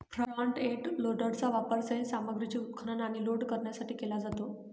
front end लोडरचा वापर सैल सामग्रीचे उत्खनन आणि लोड करण्यासाठी केला जातो